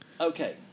Okay